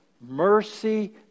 Mercy